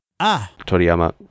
Toriyama